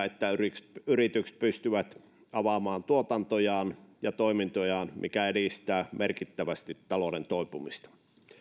että yritykset pystyvät avaamaan tuotantojaan ja toimintojaan mikä edistää merkittävästi talouden toipumista